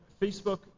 Facebook –